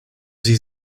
sie